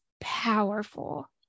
powerful